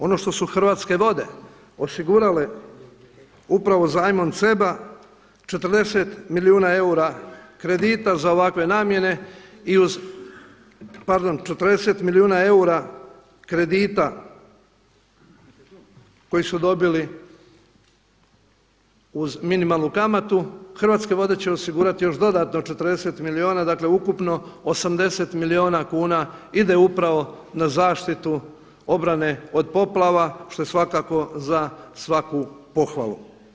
Ono što su Hrvatske vode osigurale upravo zajmom CEB-a 40 milijuna eura kredita za ovakve namjene i uz, pardon 40 milijuna eura kredita koji su dobili uz minimalnu kamatu Hrvatske vode će osigurati još dodatno 40 milijuna, dakle ukupno 80 milijuna kuna ide upravo na zaštitu obrane od poplava što je svakako za svaku pohvalu.